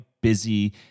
busy